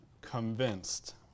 convinced